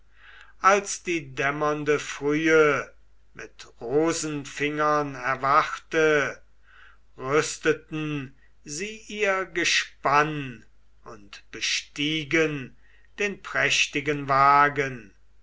als die dämmernde frühe mit rosenfingern erwachte rüsteten sie ihr gespann und bestiegen den prächtigen wagen